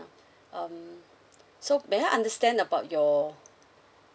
um so may I understand about your